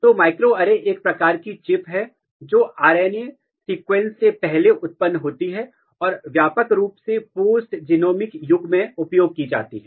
तो माइक्रोएरेएक प्रकार की चिप है जो आरएनए अनुक्रमण से पहले उत्पन्न होती है और व्यापक रूप से पोस्ट जीनोमिक युग में उपयोग की जाती है